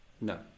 No